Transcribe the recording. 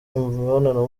imibonano